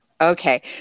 Okay